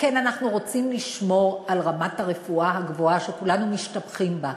שכן אנחנו רוצים לשמור על רמת הרפואה הגבוהה שכולנו משתבחים בה.